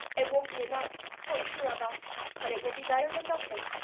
it won't be enough for either of us but it will be better than nothing.